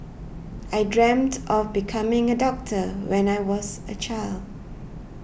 I dreamt of becoming a doctor when I was a child